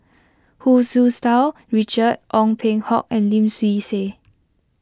Hu Su Tau Richard Ong Peng Hock and Lim Swee Say